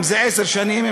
אם זה עשר שנים,